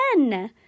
again